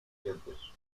dientes